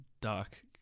dark